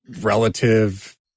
relative